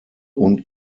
und